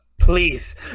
Please